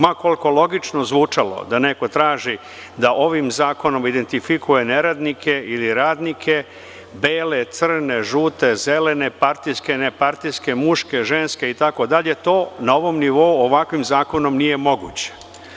Ma koliko logično zvučalo da neko traži da ovim zakonom identifikuje neradnike ili radnike, bele, crne, žute, zelene, partijske, nepartijske, muške, ženske itd, to na ovom nivou, ovakvim zakonom, nije moguće.